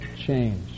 change